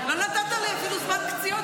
לא נתת לי אפילו זמן קציעות לתקן.